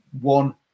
one